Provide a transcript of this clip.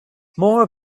more